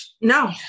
no